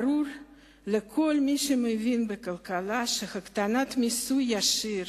ברור לכל מי שמבין בכלכלה שהקטנת המיסוי הישיר